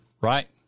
right